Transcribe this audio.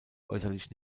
äußerlich